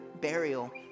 burial